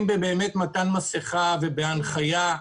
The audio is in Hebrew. אם במתן מסכה והנחיה,